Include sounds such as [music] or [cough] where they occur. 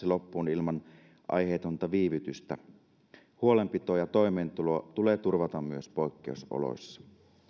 [unintelligible] loppuun ilman aiheetonta viivytystä huolenpito ja toimeentulo tulee turvata myös poikkeusoloissa